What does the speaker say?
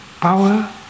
power